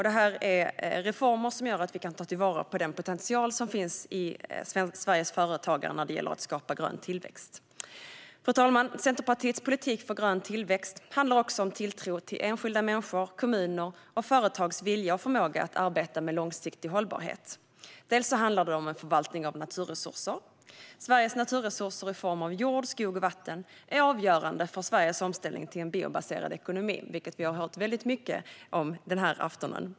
Det här är reformer som gör att vi kan ta vara på den potential som finns i Sveriges företag när det gäller att skapa grön tillväxt. Fru talman! Centerpartiets politik för grön tillväxt handlar också om tilltro till enskilda människor, kommuner och företags vilja och förmåga att arbeta med långsiktig hållbarhet. Det handlar delvis om förvaltning av naturresurser. Sveriges naturresurser i form av jord, skog och vatten är avgörande för Sveriges omställning till en biobaserad ekonomi, vilket vi har hört mycket om denna afton.